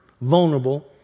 vulnerable